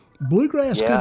Bluegrass